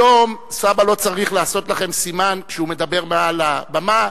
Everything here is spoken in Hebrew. היום סבא לא צריך לעשות לכם סימן שהוא מדבר מעל הבמה,